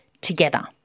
together